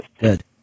Good